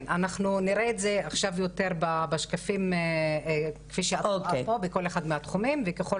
אנחנו נראה את זה עכשיו יותר בשקפים בכל אחד מהתחומים וככל